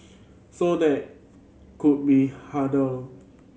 so that could be hurdle